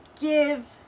give